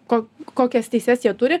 ko kokias teises jie turi